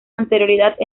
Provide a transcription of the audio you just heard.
anterioridad